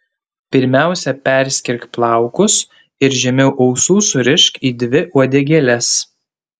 pirmiausia perskirk plaukus ir žemiau ausų surišk į dvi uodegėles